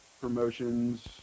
promotions